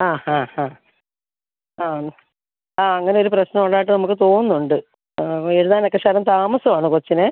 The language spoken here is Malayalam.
ആ ഹാ ഹാ ആണ് ആ അങ്ങനെയൊരു പ്രശ്നം ഉള്ളതായിട്ട് നമുക്ക് തോന്നുന്നുണ്ട് ആ എഴുതാനൊക്കെ ശകലം താമസം ആണ് കൊച്ചിന്